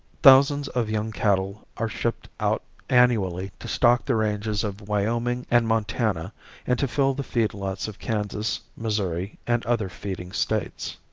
thousands of young cattle are shipped out annually to stock the ranges of wyoming and montana and to fill the feed lots of kansas, missouri and other feeding states.